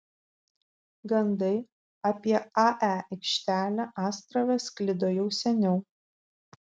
gandai apie ae aikštelę astrave sklido jau seniau